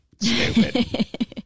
stupid